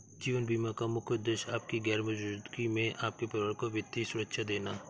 जीवन बीमा का मुख्य उद्देश्य आपकी गैर मौजूदगी में आपके परिवार को वित्तीय सुरक्षा देना